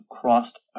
crossed